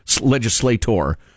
legislator